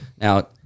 Now